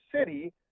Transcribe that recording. city